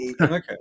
Okay